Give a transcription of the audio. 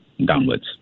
downwards